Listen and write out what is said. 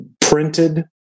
printed